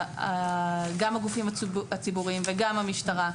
גם הגופים הציבוריים וגם המשטרה,